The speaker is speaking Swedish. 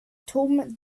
tom